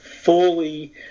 fully